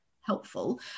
helpful